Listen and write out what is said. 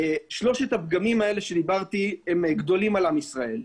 שלושת הפגמים שהצגתי הם גדולים על עם ישראל,